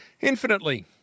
infinitely